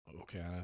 Okay